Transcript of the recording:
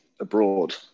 abroad